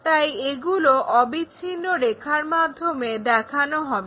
তাই এগুলো অবিচ্ছিন্ন রেখার মাধ্যমে দেখানো হবে